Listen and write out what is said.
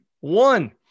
One